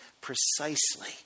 precisely